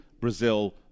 Brazil